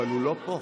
אבל הוא לא פה.